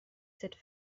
cette